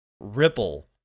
Ripple